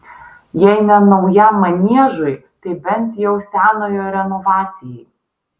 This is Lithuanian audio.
jei ne naujam maniežui tai bent jau senojo renovacijai